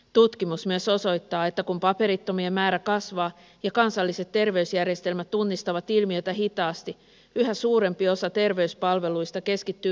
tutkimus myös osoittaa että kun paperittomien määrä kasvaa ja kansalliset terveysjärjestelmät tunnistavat ilmiötä hitaasti yhä suurempi osa terveyspalveluista keskittyy kansalaisjärjestöjen vastuulle